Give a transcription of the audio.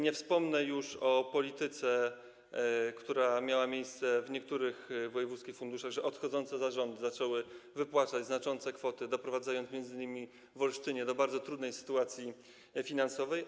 Nie wspomnę już o polityce, która miała miejsce w niektórych wojewódzkich funduszach: odchodzące zarządy zaczęły wypłacać znaczące kwoty, doprowadzając, m.in. w Olsztynie, do bardzo trudnej sytuacji finansowej.